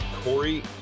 Corey